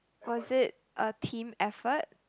was it a team effort